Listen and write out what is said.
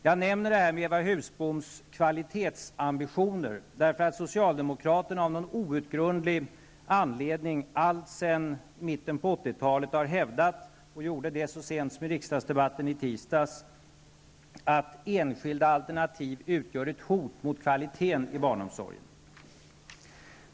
Jag nämner det här med Eva Husboms kvalitetsambitioner därför att socialdemokraterna av någon outgrundlig anledning alltsedan mitten på 1980-talet har hävdat, så sent som i riksdagsdebatten i tisdags, att enskilda alternativ utgör ett hot mot kvaliteten i barnomsorgen.